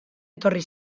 etorri